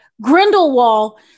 Grindelwald